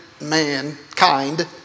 mankind